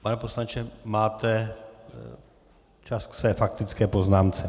Pane poslanče, máte čas ke své faktické poznámce.